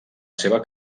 seva